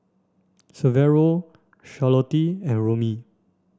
Severo Charlottie and Romie